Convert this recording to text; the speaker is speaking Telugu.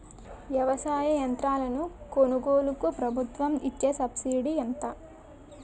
వ్యవసాయ యంత్రాలను కొనుగోలుకు ప్రభుత్వం ఇచ్చే సబ్సిడీ ఎంత?